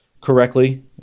correctly